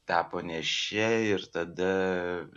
tapo nėščia ir tada